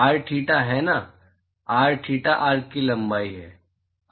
are theta arc की लंबाई है